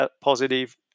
positive